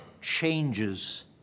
changes